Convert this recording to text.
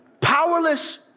powerless